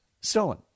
stolen